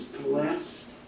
blessed